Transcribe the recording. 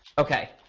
ok.